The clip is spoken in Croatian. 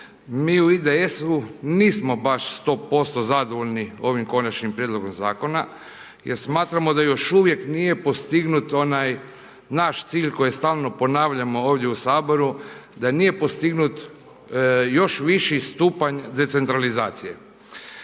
mi u IDS-u nismo baš 100% zadovoljni ovim konačnim prijedlogom zakona, jer smatramo da smatramo da još uvijek nije postignut onaj naš cilj koji stalno ponavljamo ovdje u saboru, da nije postignut još viši stupanj decentralizacije.